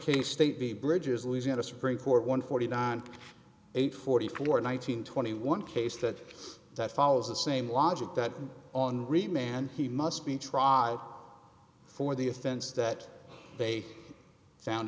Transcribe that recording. case state the bridge's louisiana supreme court one forty nine eight forty four nineteen twenty one case that that follows the same logic that on remain and he must be tried for the offense that they found